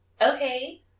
okay